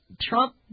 Trump